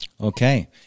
Okay